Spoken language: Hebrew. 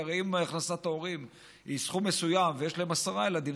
כי הרי אם הכנסת ההורים היא סכום מסוים ויש להם עשרה ילדים,